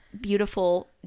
beautiful